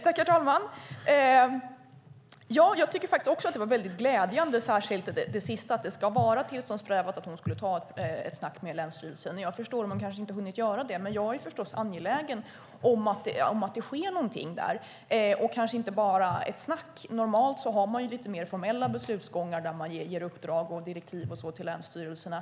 Herr talman! Jag tycker också att det var mycket glädjande, särskilt det sista om att det ska vara tillståndsprövat och att hon skulle ta ett snack med länsstyrelserna. Jag förstår om hon inte har hunnit göra det, men jag är förstås angelägen om att det sker någonting. Och det kanske inte bara ska vara ett snack. Normalt har man lite mer formella beslutsgångar där man ger uppdrag och direktiv till länsstyrelserna.